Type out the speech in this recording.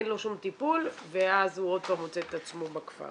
אין לו שום טיפול ואז הוא עוד פעם מוצא את עצמו בכפר.